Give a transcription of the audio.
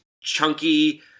chunky